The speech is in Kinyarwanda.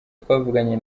twavuganye